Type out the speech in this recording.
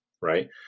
right